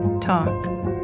talk